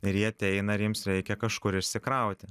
ir jie ateina ir jiems reikia kažkur išsikrauti